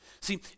See